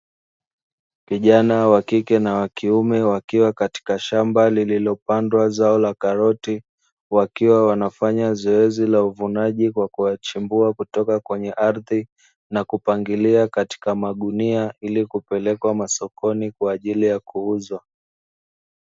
Kijana wa kike na wa kiume wakiwa katika shamba lililopandwa zao la karoti, wakiwa wanafanya zoezi la uvunaji kwa kuyachmbua kutoka kwenye ardhi na kupangilia katika magunia, ili kupeleka masokoni kwa ajili ya kuuza.